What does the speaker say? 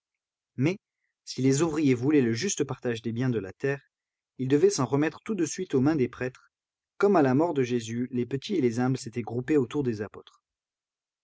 mais si les ouvriers voulaient le juste partage des biens de la terre ils devaient s'en remettre tout de suite aux mains des prêtres comme à la mort de jésus les petits et les humbles s'étaient groupés autour des apôtres